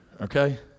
okay